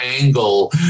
angle